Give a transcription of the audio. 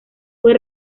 fue